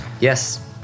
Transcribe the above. Yes